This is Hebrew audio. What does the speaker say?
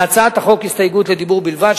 להצעת החוק הסתייגות לדיבור בלבד,